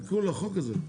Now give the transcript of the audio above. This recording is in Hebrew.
תיקון לחוק הזה.